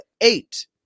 eight